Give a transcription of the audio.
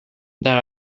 there